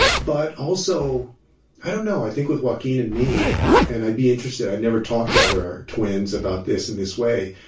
but also i don't know. i think with joaquin and me and i'd be interested i've never talked to other twins about this in this way.